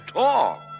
talk